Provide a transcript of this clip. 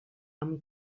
amb